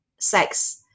sex